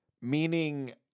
Meaning